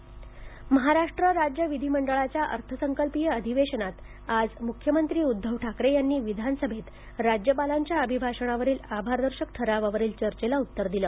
विधिमंडळ महाराष्ट्र राज्य विधिमंडळाच्या अर्थसंकल्पीय अधिवेशनात आज मुख्यमंत्री उद्धव ठाकरे यांनी विधानसभेत राज्यपालांच्या अभिभाषणावरील आभारदर्शक ठरावावरील चर्चेला उत्तर दिलं